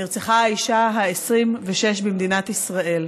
ביום חמישי נרצחה האישה ה-26 במדינת ישראל.